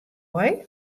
wei